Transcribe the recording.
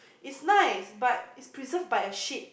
it's nice but it's preserved by a shit